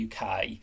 UK